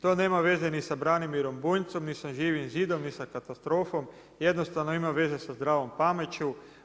To nema veze ni sa Branimirom Bunjcom, ni sa Živim zidom, ni sa katastrofom, jednostavno ima veze sa zdravom pameću.